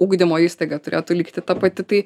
ugdymo įstaiga turėtų likti ta pati tai